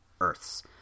Earths